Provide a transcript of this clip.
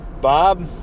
Bob